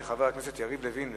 של חבר הכנסת יריב לוין,